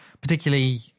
particularly